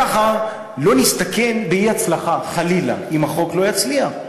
ככה לא נסתכן באי-הצלחה, חלילה, אם החוק לא יצליח.